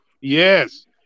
Yes